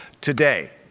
today